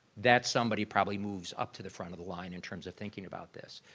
that's somebody probably moves up to the front of the line in terms of thinking about this.